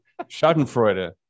Schadenfreude